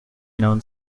known